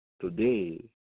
today